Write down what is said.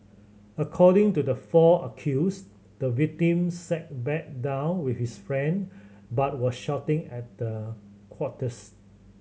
according to the four accused the victim sat back down with his friend but was shouting at the quartets